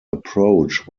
approach